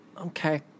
Okay